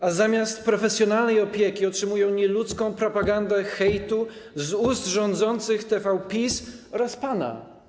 A zamiast profesjonalnej opieki otrzymują nieludzką propagandę hejtu z ust rządzących TVPiS oraz pana.